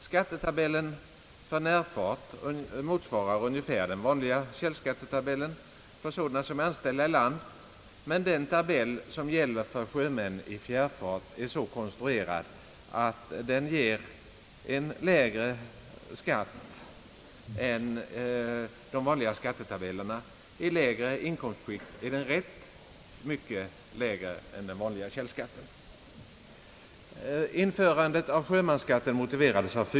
Skattetabellen för närfart motsvarar ungefär den vanliga källskattetabellen för sådana som är anställda i land, men tabellen för sjömän i fjärrfart är så konstruerad att den ger en lägre skatt än de vanliga skattetabellerna; i lägre inkomstskikt rätt mycket lägre än den vanliga källskatten. Man åberopade fyra skäl när sjömansskatten infördes.